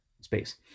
space